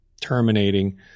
terminating